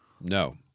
No